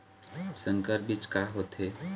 संकर बीज का होथे?